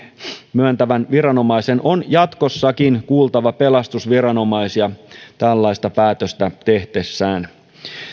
myöntävän viranomaisen on jatkossakin kuultava pelastusviranomaisia tällaista päätöstä tehdessään